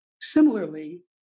Similarly